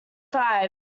five